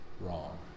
wrong